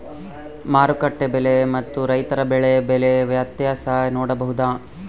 ಮಾರುಕಟ್ಟೆ ಬೆಲೆ ಮತ್ತು ರೈತರ ಬೆಳೆ ಬೆಲೆ ವ್ಯತ್ಯಾಸ ನೋಡಬಹುದಾ?